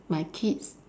my kids